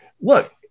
look